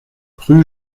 rue